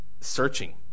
searching